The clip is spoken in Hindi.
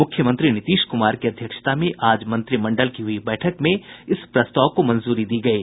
मुख्यमंत्री नीतीश कुमार की अध्यक्षता में आज मंत्रिमंडल की हुई बैठक में इस प्रस्ताव को मंजूरी दी गयी